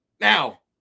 Now